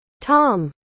Tom